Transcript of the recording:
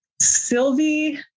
Sylvie